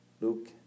Luke